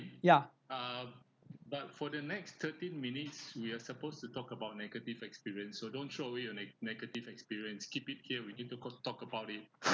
ya